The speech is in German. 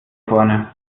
vorne